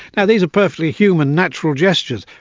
now, these are perfectly human, natural gestures,